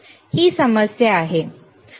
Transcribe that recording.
ही समस्या आहे